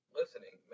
listening